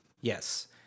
Yes